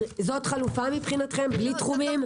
אגב, זאת חלופה מבחינתכם שזה יהיה בלי תחומים?